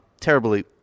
terribly